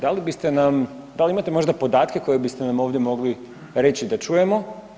Da li biste nam, da li imate možda podatke koje biste nam ovdje mogli reći da čujemo?